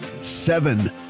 seven